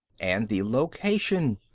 and the location.